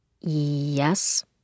Yes